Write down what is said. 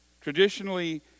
Traditionally